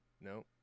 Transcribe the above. No